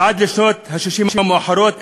ועד לשנות ה-60 המאוחרות,